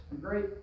great